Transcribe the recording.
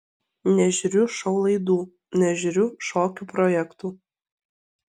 nežiūriu šou laidų nežiūriu šokių projektų